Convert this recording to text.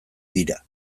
dira